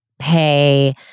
pay